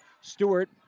Stewart